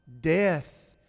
Death